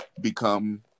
become